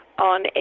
on